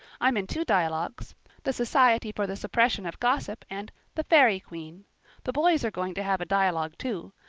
i'm in two dialogues the society for the suppression of gossip and the fairy queen the boys are going to have a dialogue too.